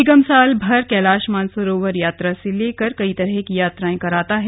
निगम साल भर कैलाश मानसरोवर यात्रा से लेकर कई तरह की यात्राएं कराता है